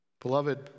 Beloved